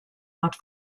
art